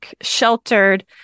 sheltered